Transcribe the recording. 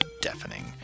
Deafening